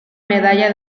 medalla